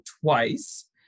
twice